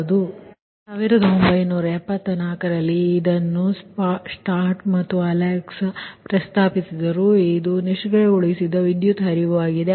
ಆದ್ದರಿಂದ 1974ರಲ್ಲಿ ಇದನ್ನು ಸ್ಟಾಟ್ ಮತ್ತು ಅಲ್ಸಾಕ್ ಪ್ರಸ್ತಾಪಿಸಿದರು ಇದು ನಿಷ್ಕ್ರಿಯಗೊಳಿಸಿದ ವಿದ್ಯುತ್ ಹರಿವಾಗಿದೆ